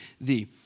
thee